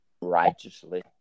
righteously